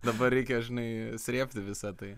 dabar reikia žinai srėbti visa tai